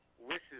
wishes